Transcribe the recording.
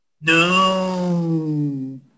No